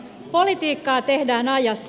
politiikkaa tehdään ajassa